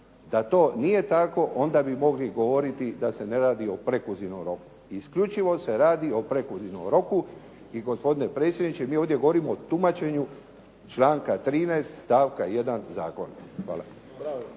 Da to nije tako onda bi mogli govoriti da se ne radi o prekluzivnom roku i isključivo se radi o prekluzivnom roku i gospodine predsjedniče mi ovdje govorimo o tumačenju članka 13. stavka 1. zakona.